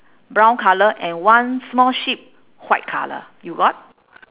brown colour and one small sheep white colour you got